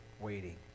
waiting